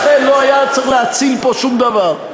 לכן לא היה צריך להציל פה שום דבר.